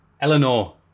Eleanor